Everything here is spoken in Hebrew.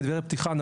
כדברי פתיחה,